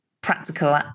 practical